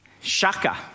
Shaka